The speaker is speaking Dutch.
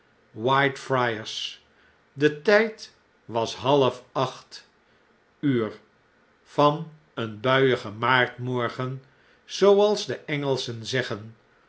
g whitefriars de tijd was half acht uur van een buiigen maartmorgen zooals de engelsehen zeggen